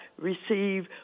receive